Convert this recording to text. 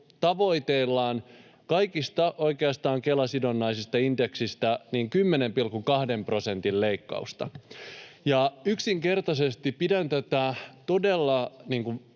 Tavoitellaan oikeastaan kaikista Kela-sidonnaisista indekseistä 10,2 prosentin leikkausta. Yksinkertaisesti pidän tätä todella